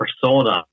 persona